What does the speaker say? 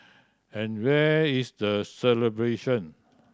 and where is the celebration